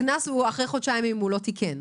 נכון?) הקנס הוא אחרי חודשיים אם הוא לא תיקן,